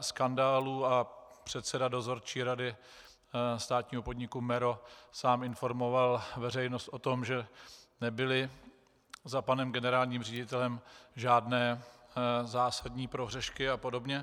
skandálů, a předseda dozorčí rady státního podniku MERO sám informoval veřejnost o tom, že nebyly za panem generálním ředitelem žádné zásadní prohřešky a podobně.